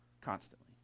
constantly